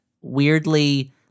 weirdly